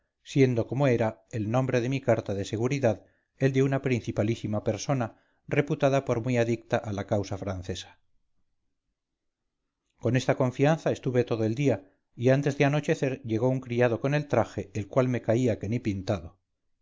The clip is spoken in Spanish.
siendo como era el nombre de mi carta de seguridad el de una principalísima persona reputada por muy adicta a la causa francesa conesta confianza estuve todo el día y antes del anochecer llegó un criado con el traje el cual me caía que ni pintado